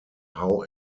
how